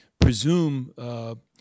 presume